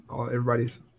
Everybody's